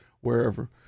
wherever